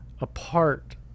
apart